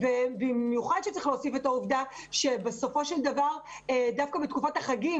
במיוחד שצריך להוסיף את העובדה שדווקא בתקופת החגים,